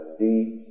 deep